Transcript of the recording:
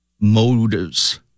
motives